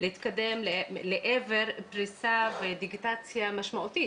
להתקדם לעבר פריסה ודיגיטציה משמעותית